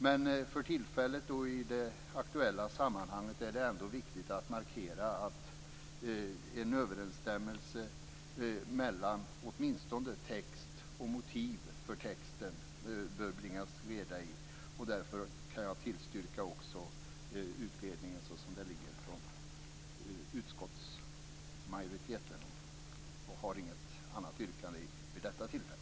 Men för tillfället och i det aktuella sammanhanget är det ändå viktigt att markera att det bör bringas reda så att det blir en överensstämmelse mellan åtminstone texten och motiven för texten. Därför kan jag också tillstyrka utredningen sådan den framstår hos utskottsmajoriteten. Jag har inget annat yrkande vid detta tillfälle.